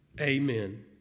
Amen